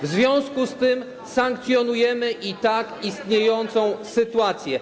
W związku z tym sankcjonujemy i tak istniejącą sytuację.